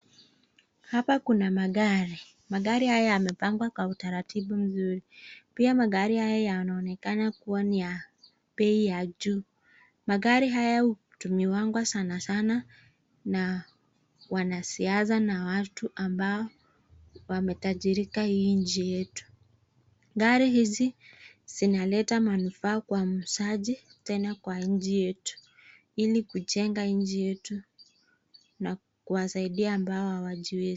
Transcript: Hapa kuna magari magari haya yamepangwa kwa utaratibu nzuri pia magari haya yanaonekana kuwa ni ya bei ya juu. Magari haya hutumiagwa sana sana na wanasiasa na watu ambao wametajirika hii nchi yetu. Gari hizi zinaleta manufaa kwa muuzaji tena kwa nchi ili kujenga nchi yetu na kuwasaidia ambao hawajiwezi.